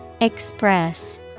Express